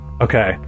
Okay